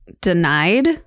denied